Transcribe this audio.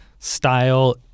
Style